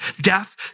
Death